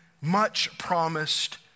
much-promised